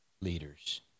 leaders